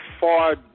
far